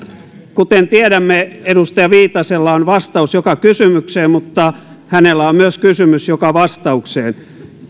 kuten tiedämme edustaja viitasella on vastaus joka kysymykseen mutta hänellä on myös kysymys joka vastaukseen